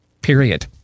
Period